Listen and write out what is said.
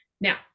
Now